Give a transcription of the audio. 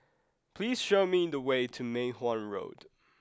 please show me the way to Mei Hwan Road